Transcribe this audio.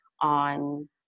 on